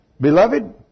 Beloved